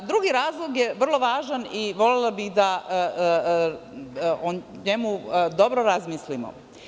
Drugi razlog je vrlo važan i volela bih da o njemu dobro razmislimo.